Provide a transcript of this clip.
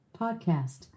Podcast